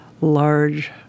large